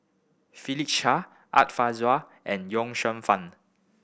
Philip Chia Art Fazil and Ye Shufang